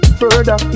further